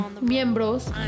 miembros